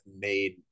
made